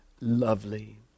lovely